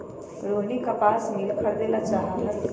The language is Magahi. रोहिनी कपास मिल खरीदे ला चाहा हई